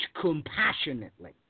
compassionately